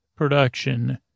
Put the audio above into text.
production